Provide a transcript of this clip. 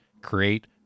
create